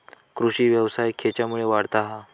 कृषीव्यवसाय खेच्यामुळे वाढता हा?